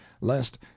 lest